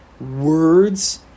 words